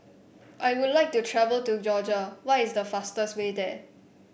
I would like to travel to Georgia what is the fastest way there